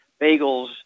bagels